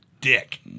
dick